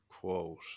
quote